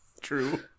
True